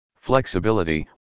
Flexibility